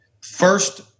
first